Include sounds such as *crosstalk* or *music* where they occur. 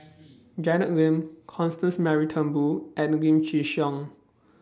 *noise* Janet Lim Constance Mary Turnbull and Lim Chin Siong